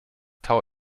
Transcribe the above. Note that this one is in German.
tau